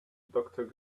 doctor